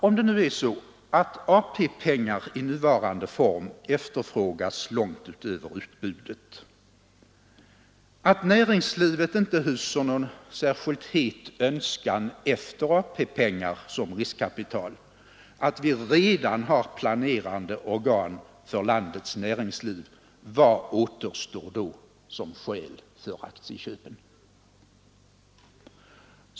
Om det nu är så att AP-pengar i nuvarande form efterfrågas långt utöver utbudet, att näringslivet inte hyser någon särskild het önskan efter AP-pengar som riskkapital, att vi redan har planeringsorgan för landets näringsliv — vad återstår då som skäl för aktieköpen?